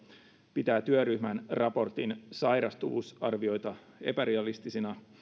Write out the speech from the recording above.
pitää työryhmän raportin sairastuvuusarvioita epärealistisina